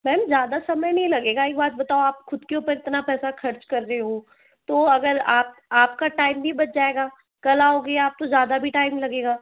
ma'am ज़्यादा समय नहीं लगेगा एक बात बताओ आप खुद के ऊपर इतना पैसा खर्च कर रहे हो तो अगर आप आपका टाइम भी बच जाएगा कल आओगे आप तो ज़्यादा भी टाइम लगेगा